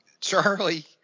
Charlie